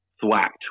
thwacked